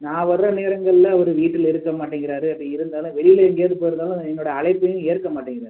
நான் வர்ற நேரங்களில் அவர் வீட்டில் இருக்கமாட்டேங்கிறாரு அப்படி இருந்தாலும் வெளியில் எங்கேயாவது போயிருந்தாலும் என்னோடய அழைப்பையும் ஏற்க மாட்டேங்கிறாரு